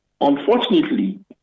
Unfortunately